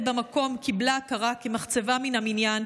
במקום קיבלה הכרה כמחצבה מן המניין,